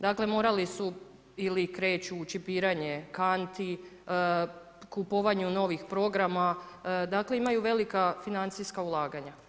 Dakle, morali su ili krenuti u čipiranje kanti, kupovanju novih programa, dakle, imaju velika financijska ulaganja.